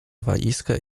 walizkę